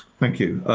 thank you.